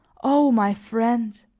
o my friend!